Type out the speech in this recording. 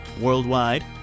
worldwide